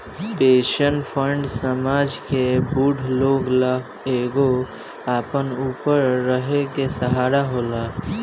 pension fund समाज के बूढ़ लोग ला एगो अपना ऊपर रहे के सहारा होला